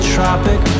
Tropic